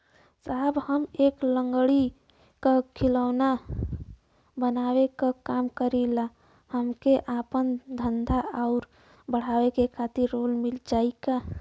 साहब हम लंगड़ी क खिलौना बनावे क काम करी ला हमके आपन धंधा अउर बढ़ावे के खातिर लोन मिल जाई का?